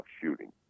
shooting